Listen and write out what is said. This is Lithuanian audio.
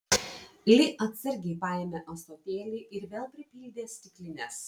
li atsargiai paėmė ąsotėlį ir vėl pripildė stiklines